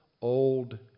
old